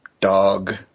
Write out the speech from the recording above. dog